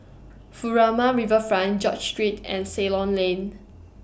Furama Riverfront George Street and Ceylon Lane